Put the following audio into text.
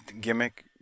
gimmick